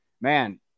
man –